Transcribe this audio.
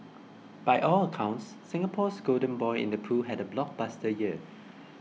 by all accounts Singapore's golden boy in the pool had a blockbuster year